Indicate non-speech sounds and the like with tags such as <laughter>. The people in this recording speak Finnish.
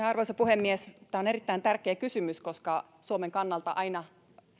<unintelligible> arvoisa puhemies tämä on erittäin tärkeä kysymys koska suomen kannalta aina